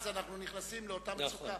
אז אנחנו נכנסים למצוקה.